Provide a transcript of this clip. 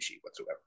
whatsoever